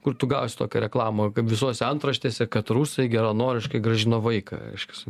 kur tu gavęs tokią reklamą kaip visose antraštėse kad rusai geranoriškai grąžino vaiką reiškias